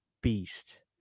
beast